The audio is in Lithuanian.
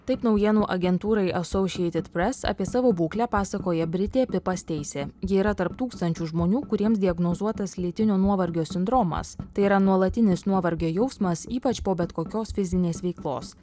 taip naujienų agentūrai associated press apie savo būklę pasakoja britė pipa steisė ji yra tarp tūkstančių žmonių kuriems diagnozuotas lėtinio nuovargio sindromas tai yra nuolatinis nuovargio jausmas ypač po bet kokios fizinės veiklos